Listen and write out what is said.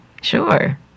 Sure